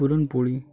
puran poli